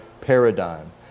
paradigm